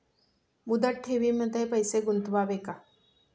मुदत ठेवींमध्ये पैसे गुंतवावे का?